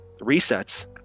resets